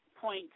point